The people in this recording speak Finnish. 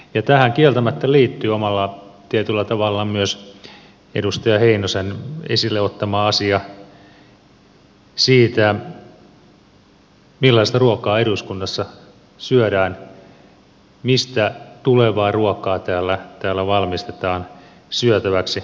ja tähän kieltämättä liittyy omalla tietyllä tavallaan myös edustaja heinosen esille ottama asia siitä millaista ruokaa eduskunnassa syödään mistä tulevaa ruokaa täällä valmistetaan syötäväksi